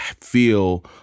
feel